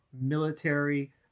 military